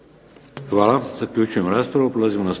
Hvala. Zaključujem raspravu.